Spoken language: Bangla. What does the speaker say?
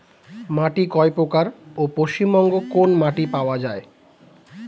মাটি কয় প্রকার ও পশ্চিমবঙ্গ কোন মাটি পাওয়া য়ায়?